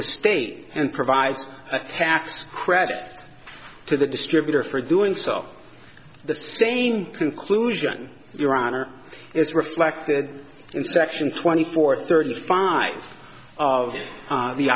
the state and provides a tax credit to the distributor for doing stuff the same conclusion your honor is reflected in section twenty four thirty five of